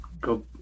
go